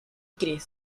chris